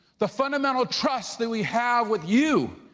the fundamental trust that we have with you,